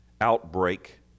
outbreak